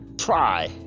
Try